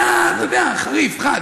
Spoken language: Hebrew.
הוא היה, אתה יודע, חריף, חד.